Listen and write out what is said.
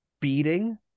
beating